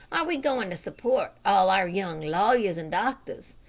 are we going to support all our young lawyers and doctors?